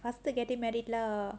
faster getting married lah